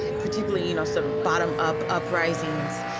particularly, you know, sort of bottom up uprisings,